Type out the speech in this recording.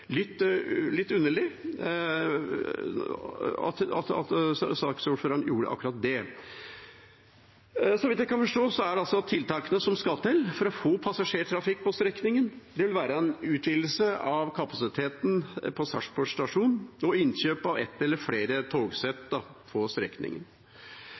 litt underlig at saksordføreren gjorde akkurat det. Så vidt jeg kan forstå, vil tiltakene som skal til for å få passasjertrafikk på strekningen, være en utvidelse av kapasiteten på Sarpsborg stasjon og innkjøp av ett eller flere